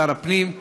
שר הפנים,